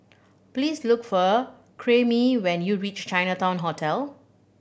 please look for Karyme when you reach Chinatown Hotel